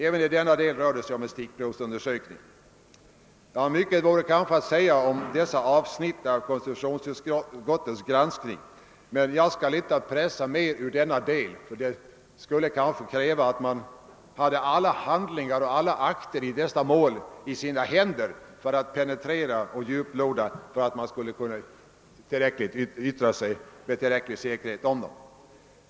Även i denna del rör det sig om en stickprovsundersökning. Mycket mera vore att säga om dessa avsnitt av konstitutionsutskottets granskning, men det får räcka med det anförda. Jag skall inte pressa sammanställningen mera i denna del. Det skulle kräva att jag hade alla handlingar och akter i målet i min hand för att närmare kunna penetrera frågorna och på denna grund yttra. mig med större säkerhet om dem.